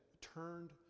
turned